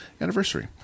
anniversary